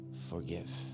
forgive